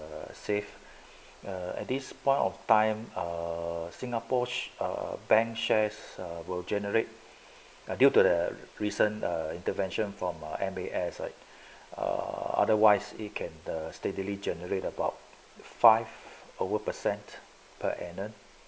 the safe at this point of time err singapore err bank shares err will generate due to the recent intervention from uh M_B_S like err otherwise you can the steadily generate about five over percent per annum